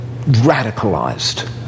radicalized